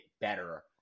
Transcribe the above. better